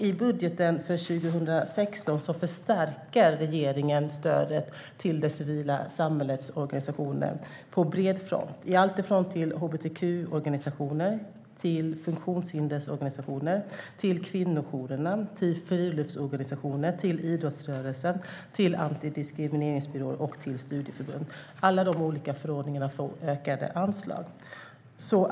I budgeten för 2016 förstärker regeringen stödet till det civila samhällets organisationer på bred front, från hbtq-organisationer, funktionshindersorganisationer och kvinnojourerna till friluftsorganisationer, idrottsrörelsen, antidiskrimineringsbyråer och studieförbund. Alla de olika föreningarna får ökade anslag.